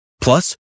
Plus